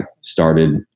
started